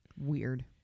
Weird